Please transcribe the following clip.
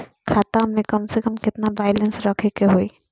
खाता में कम से कम केतना बैलेंस रखे के होईं?